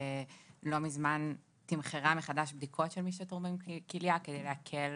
לא מזמן תמחרה מחדש בדיקות של מי שתורמים כליה כדי להקל